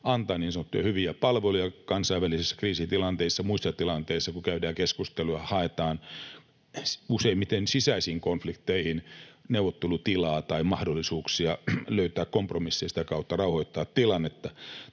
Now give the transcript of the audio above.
antaa niin sanottuja hyviä palveluja kansainvälisissä kriisitilanteissa ja muissa tilanteissa, kun käydään keskustelua, haetaan — useimmiten sisäisiin konflikteihin — neuvottelutilaa tai mahdollisuuksia löytää kompromisseja, sitä kautta rauhoittaa tilannetta.